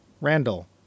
Randall